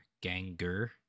Ganger